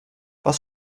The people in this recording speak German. was